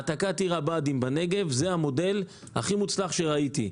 העתקת עיר הבה"דים לנגב זה המודל הכי מוצלח שראיתי.